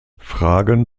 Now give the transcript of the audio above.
fragen